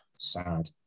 sad